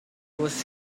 was